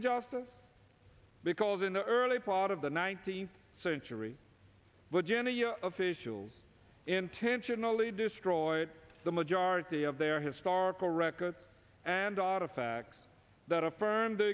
injustice because in the early part of the nineteenth century virginia officials intentionally destroyed the majority of their historical records and artifacts that affirm the